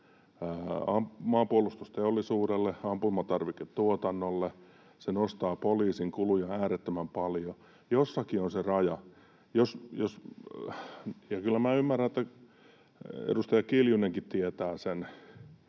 maanpuolustusteollisuudelle ja ampumatarviketuotannolle. Se nostaa poliisin kuluja äärettömän paljon. Jossakin on se raja. Kyllä ymmärrän, ja edustaja Kiljunenkin tietää sen,